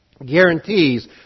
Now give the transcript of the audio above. guarantees